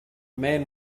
man